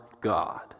God